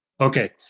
Okay